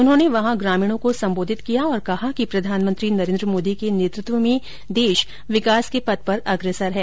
उन्होंने वहां ग्रामीणों को सम्बोधित किया और कहा कि प्रधानमंत्री नरेन्द्र मोदी के नेतृत्व में देश विकास के पथ पर अग्रसर है